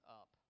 up